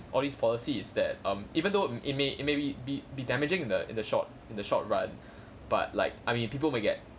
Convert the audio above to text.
all these policy is that um even though it may it may be be be damaging the the short in the short run but like I mean people may get